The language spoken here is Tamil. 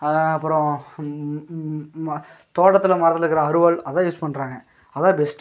அதுதான் அப்புறம் ம தோட்டத்தில் மரத்தில் இருக்கிற அருவாள் அதுதான் யூஸ் பண்ணுறாங்க அதான் பெஸ்ட்